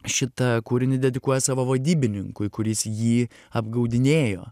šitą kūrinį dedikuoja savo vadybininkui kuris jį apgaudinėjo